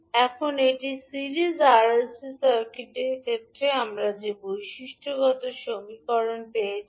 এখন এটি series RLC সার্কিটের ক্ষেত্রে আমরা যে বৈশিষ্ট্যগত সমীকরণটি পেয়েছি